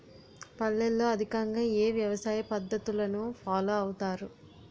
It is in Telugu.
పల్లెల్లో అధికంగా ఏ వ్యవసాయ పద్ధతులను ఫాలో అవతారు?